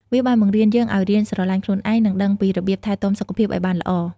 វាបានបង្រៀនយើងឱ្យរៀនស្រឡាញ់ខ្លួនឯង និងដឹងពីរបៀបថែទាំសុខភាពឱ្យបានល្អ។